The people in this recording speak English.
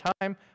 time